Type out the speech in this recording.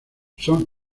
son